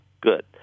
Good